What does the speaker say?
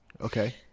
Okay